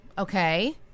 Okay